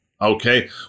okay